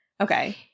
Okay